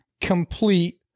complete